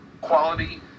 quality